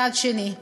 מצד שני.